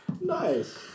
Nice